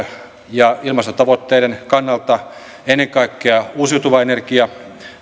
ja ilmastotavoitteiden kannalta ennen kaikkea uusiutuva energia